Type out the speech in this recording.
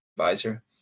advisor